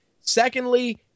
Secondly